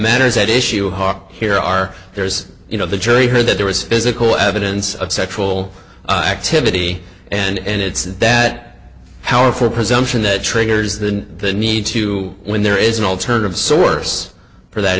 matters at issue heart here are there's you know the jury heard that there was physical evidence of sexual activity and it's that powerful presumption that triggers the the need to when there is an alternative source for that